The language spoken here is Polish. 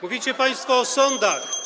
Mówicie państwo o sądach.